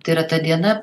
tai yra ta diena